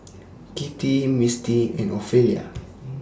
Kitty Mistie and Ophelia